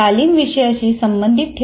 तालीम विषयांशी संबंधित ठेवा